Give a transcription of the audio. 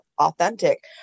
authentic